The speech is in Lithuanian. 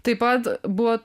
taip pat buvo